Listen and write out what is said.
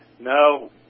No